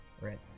Right